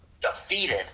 defeated